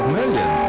million